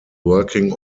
working